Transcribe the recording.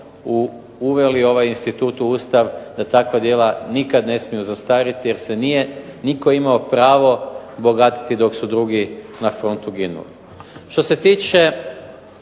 uveli ovaj institut u Ustav da takva djela nikad ne smiju zastariti jer se nije nitko imao pravo bogatiti dok su drugi na frontu ginuli. Što se tiče